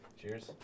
cheers